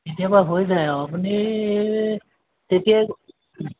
কেতিয়াবা হৈ যায় আৰু আপুনি তেতিয়াই